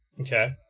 Okay